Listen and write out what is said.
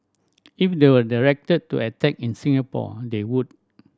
if they were directed to attack in Singapore they would